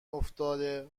افتاده